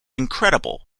incredible